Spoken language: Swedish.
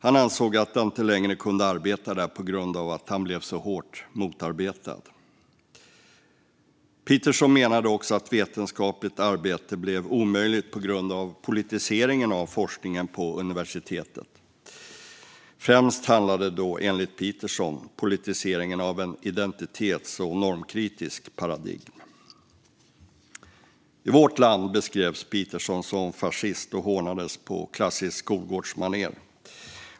Han ansåg att han inte längre kunde arbeta där på grund av att han blev så hårt motarbetad. Peterson menade också att vetenskapligt arbete blev omöjligt på grund av politiseringen av forskningen på universitetet. Främst handlade det, enligt Peterson, om politiseringen av ett identitets och normkritiskt paradigm. I vårt land beskrevs Peterson som fascist och hånades på klassiskt skolgårdsmanér.